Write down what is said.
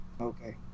Okay